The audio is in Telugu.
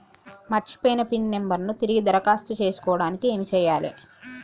మర్చిపోయిన పిన్ నంబర్ ను తిరిగి దరఖాస్తు చేసుకోవడానికి ఏమి చేయాలే?